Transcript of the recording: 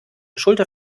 schulter